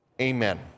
Amen